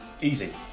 Easy